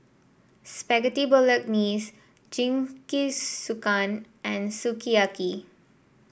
Spaghetti Bolognese Jingisukan and Sukiyaki